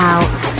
Out